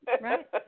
right